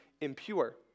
impure